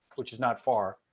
which is not far,